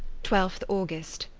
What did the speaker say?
twenty five august.